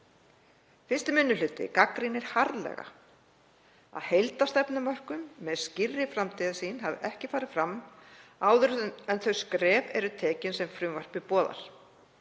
Fyrsti minni hluti gagnrýnir harðlega að heildarstefnumörkun með skýrri framtíðarsýn hafi ekki farið fram áður en þau skref eru tekin sem frumvarpið boðar.